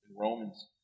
Romans